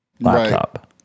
laptop